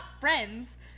friends